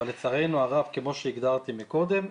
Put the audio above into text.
אבל לצערנו הרב כמו שהגדרתי מקודם,